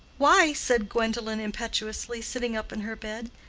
why? said gwendolen, impetuously, sitting up in her bed.